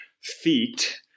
feet